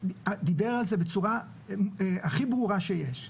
דיבר על זה בצורה הכי ברורה שיש.